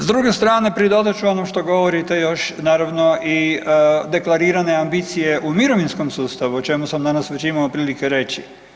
S druge strane pridodat ću ono što govorite još naravno i deklarirane ambicije u mirovinskom sustavu, o čemu sam danas već imao prilike reći.